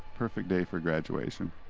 perfect day for graduation.